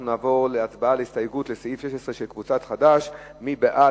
אנחנו נעבור להצבעה על הסתייגות חד"ש לסעיף 16. מי בעד?